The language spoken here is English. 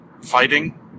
fighting